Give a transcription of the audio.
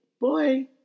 boy